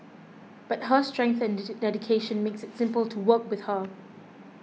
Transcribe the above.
but her strength and dedication makes it simple to work with her